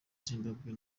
zimbabwe